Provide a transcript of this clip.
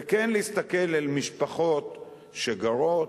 וכן להסתכל אל משפחות שגרות,